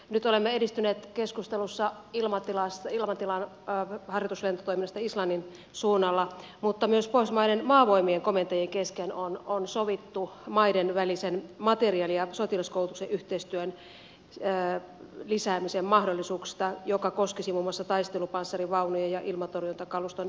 nyt olemme edistyneet keskustelussa ilmatilan harjoituslentotoimista islannin suunnalla mutta myös pohjoismaiden maavoimien komentajien kesken on sovittu maidenvälisen materiaali ja sotilaskoulutuksen yhteistyön lisäämisen mahdollisuuksista mikä koskisi muun muassa taistelupanssarivaunuja ja ilmatorjuntakaluston ylläpitoa